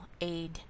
aid